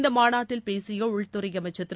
இந்த மாநாட்டில் பேசிய உள்துறை அமைச்சர் திரு